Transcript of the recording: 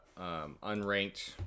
unranked